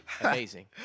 amazing